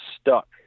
stuck